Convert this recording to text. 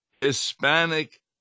Hispanic